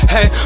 Hey